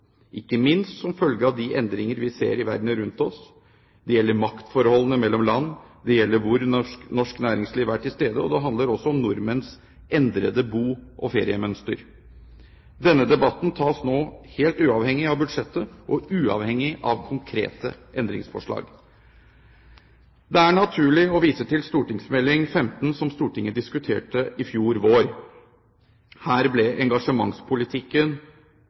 ikke minst som følge av de endringer vi ser i verden rundt oss. Det gjelder maktforholdene mellom land. Det gjelder hvor norsk næringsliv er til stede. Det handler også om nordmenns endrede bo- og feriemønster. Denne debatten tas nå, helt uavhengig av budsjettet og uavhengig av konkrete endringsforslag. Det er naturlig å vise til St.meld. nr. 15 for 2008–2009, som Stortinget diskuterte i fjor vår. Her ble engasjementspolitikken,